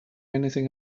anything